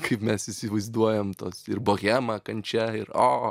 kaip mes įsivaizduojam tos ir bohema kančia ir o